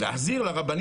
הילדים